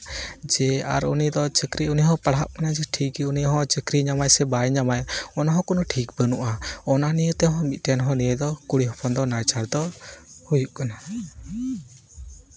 ᱡᱮ ᱟᱨ ᱩᱱᱤ ᱫᱚ ᱪᱟᱹᱠᱨᱤ ᱩᱱᱤ ᱦᱚᱸ ᱯᱟᱲᱦᱟᱜ ᱠᱟᱱᱟᱭ ᱡᱮ ᱴᱷᱤᱠᱜᱮ ᱩᱱᱤ ᱦᱚᱸ ᱪᱟᱹᱠᱨᱤ ᱧᱟᱢᱟᱭ ᱥᱮ ᱵᱟᱭ ᱧᱟᱢᱟᱭ ᱚᱱᱟ ᱦᱚᱸ ᱠᱳᱱᱳ ᱴᱷᱤᱠ ᱵᱟᱹᱱᱩᱜᱼᱟ ᱚᱱᱟ ᱱᱤᱭᱮ ᱛᱮᱦᱚᱸ ᱢᱤᱫᱴᱮᱱ ᱦᱚ ᱱᱤᱭᱮ ᱫᱚ ᱠᱩᱲᱤ ᱦᱚᱯᱚᱱ ᱫᱚ ᱱᱟᱦᱟᱪᱟᱨ ᱫᱚ ᱦᱩᱭᱩᱜ ᱠᱟᱱᱟ